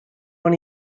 want